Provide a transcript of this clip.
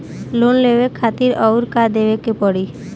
Loan लेवे खातिर अउर का देवे के पड़ी?